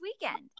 weekend